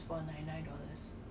自己 exercise lor